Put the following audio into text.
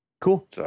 Cool